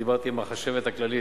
דיברתי עם החשבת הכללית,